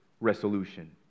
resolution